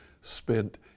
spent